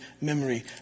memory